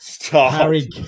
harry